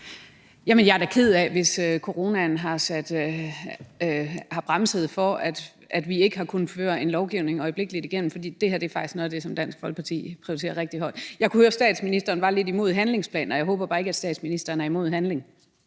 jeg er da ked af, hvis coronaen har sat en bremse for, at vi øjeblikkeligt kunne gennemføre en lovgivning, fordi det her er faktisk noget af det, som Dansk Folkeparti prioriterer rigtig højt. Jeg kunne høre, statsministeren var lidt imod handlingsplaner, og jeg håber bare ikke, at statsministeren er imod handling.